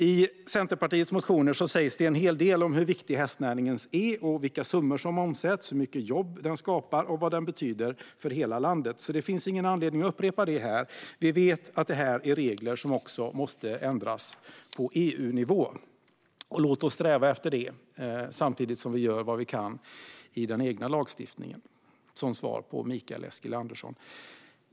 I Centerpartiets motioner sägs det en hel del om hur viktig hästnäringen är, vilka summor som omsätts, hur mycket jobb den skapar och vad den betyder för hela landet, och det finns ingen anledning att upprepa detta här. Vi vet att det här är regler som också måste ändras på EU-nivå. Låt oss sträva efter det, samtidigt som vi gör vad vi kan i den egna lagstiftningen, som svar till Mikael Eskilandersson.